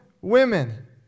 women